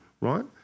right